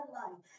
life